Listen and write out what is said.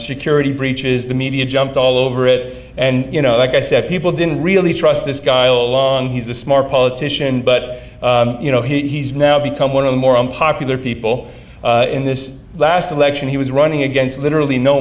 security breaches the media jumped all over it and you know like i said people didn't really trust this guy he's a smart politician but you know he's now become one of the more unpopular people in this last election he was running against literally no